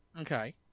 Okay